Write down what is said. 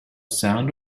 sound